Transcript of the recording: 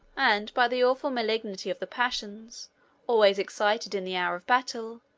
and by the awful malignity of the passions always excited in the hour of battle,